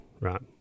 Right